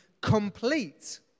complete